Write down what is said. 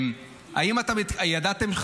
האם ידעתם,